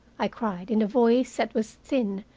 i cried, in a voice that was thin,